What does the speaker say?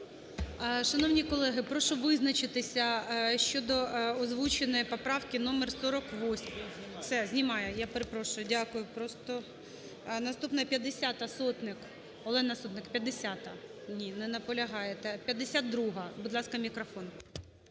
Шановні колеги! Прошу визначатися щодо озвученої поправки номер 48… Все, знімають. Я перепрошую, дякую, просто… Наступна 50-а, Сотник. Олена Сотник, 50-а? Ні, не наполягаєте. 52-а, будь ласка, мікрофон.